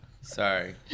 Sorry